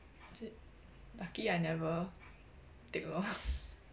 lucky I never take lor